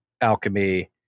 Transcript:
Alchemy